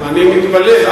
אני מתפלל.